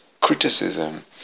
criticism